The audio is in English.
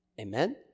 Amen